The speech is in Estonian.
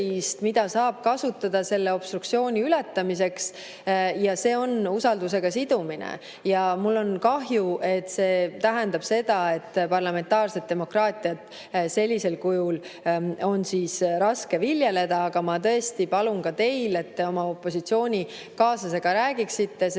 mida saab kasutada selle obstruktsiooni ületamiseks, ja see on usaldusega sidumine. Mul on kahju, et see tähendab seda, et parlamentaarset demokraatiat sellisel kujul on raske viljeleda. Aga ma tõesti palun ka teil, et te oma opositsioonikaaslasega räägiksite, sest